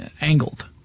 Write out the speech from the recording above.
angled